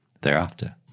thereafter